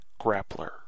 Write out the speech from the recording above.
grappler